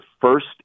first